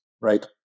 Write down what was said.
right